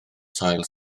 sail